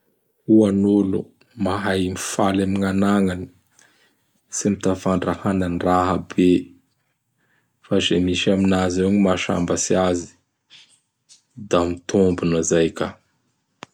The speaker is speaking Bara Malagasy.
Ho an'olo mahay mifaly amin'anagnany; tsy mitavandra hanan-draha be fa ze misy aminazy eo gny mahasambatsy azy; da mitombona izay ka.